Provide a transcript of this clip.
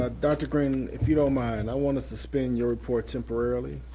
ah dr. green, if you don't mind, i want to suspend your report temporarily.